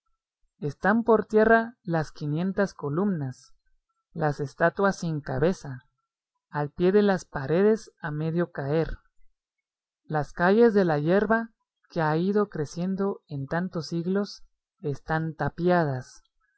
están por tierra las quinientas columnas las estatuas sin cabeza al pie de las paredes a medio caer las calles de la yerba que ha ido creciendo en tantos siglos están tapiadas